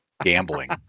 gambling